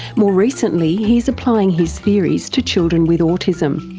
more recently he's applying his theories to children with autism.